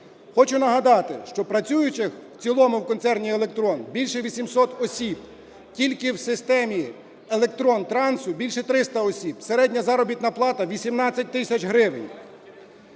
Хочу нагадати, що працюючих в цілому в концерні "Електрон" більше 800 осіб. Тільки в системі "Електронтрансу" більше 300 осіб, середня заробітна плата - 18 тисяч гривень.